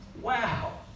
wow